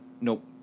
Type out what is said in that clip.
nope